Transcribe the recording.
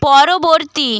পরবর্তী